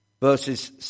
Verses